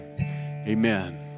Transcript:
amen